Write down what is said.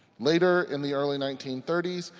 later in the early nineteen thirty s,